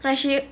like she